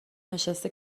نشسته